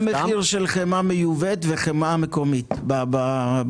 מה המחיר של חמאה מיובאת וחמאה מקומית ברשתות?